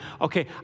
okay